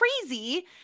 crazy